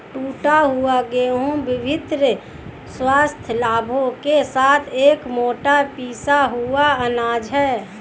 टूटा हुआ गेहूं विभिन्न स्वास्थ्य लाभों के साथ एक मोटा पिसा हुआ अनाज है